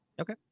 Okay